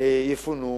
יפונו